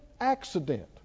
accident